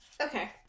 okay